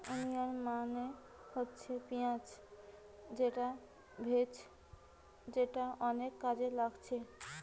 onion মানে হচ্ছে পিঁয়াজ যেটা ভেষজ যেটা অনেক কাজে লাগছে